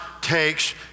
takes